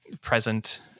present